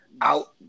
out